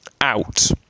out